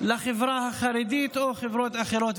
לחברה החרדית או החברות האחרות.